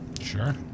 Sure